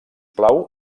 plau